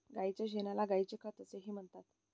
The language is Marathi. गायीच्या शेणाला गायीचे खत असेही म्हणतात